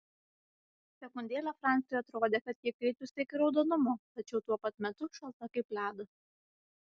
sekundėlę franciui atrodė kad ji įkaitusi iki raudonumo tačiau tuo pat metu šalta kaip ledas